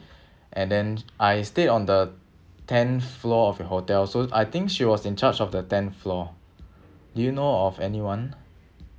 and then I stayed on the tenth floor of your hotel so I think she was in charge of the tenth floor do you know of anyone